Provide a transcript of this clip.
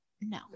no